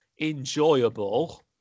enjoyable